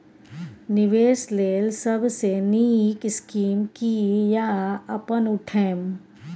निवेश लेल सबसे नींक स्कीम की या अपन उठैम?